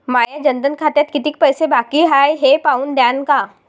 माया जनधन खात्यात कितीक पैसे बाकी हाय हे पाहून द्यान का?